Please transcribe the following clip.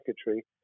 secretary